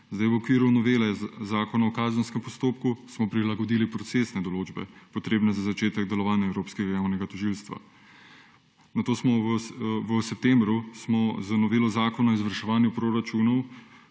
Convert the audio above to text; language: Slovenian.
V okviru novele Zakona o kazenskem postopku smo prilagodili procesne določbe, potrebne za začetek delovanja Evropskega javnega tožilstva. Nato smo v septembru z novelo Zakona o izvrševanju proračunov